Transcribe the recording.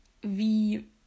wie